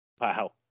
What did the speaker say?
Wow